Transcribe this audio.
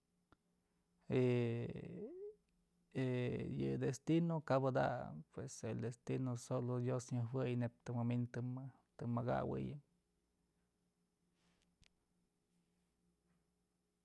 yes detino kabada, pues el destino solo dios nyajuëy neyb të mami'in tëm të mëkawëy